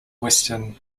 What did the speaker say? western